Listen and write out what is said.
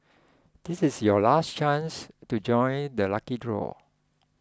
this is your last chance to join the lucky draw